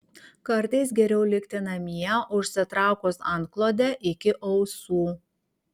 kartais geriau likti namie užsitraukus antklodę iki ausų